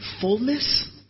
fullness